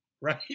right